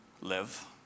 live